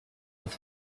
his